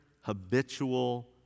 habitual